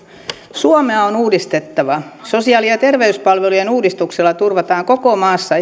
suomea on uudistettava sosiaali ja terveyspalvelujen uudistuksella turvataan koko maassa